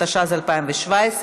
התשע"ז 2017,